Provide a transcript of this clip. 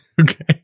Okay